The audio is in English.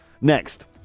Next